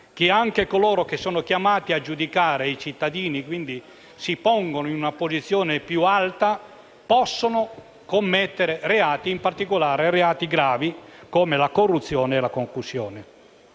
che anche coloro che sono chiamati a giudicare i cittadini e quindi si pongono in una posizione più alta possono commettere reati gravi, come la corruzione e la concussione.